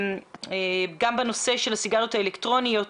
גם בנושא של הסיגריות האלקטרוניות.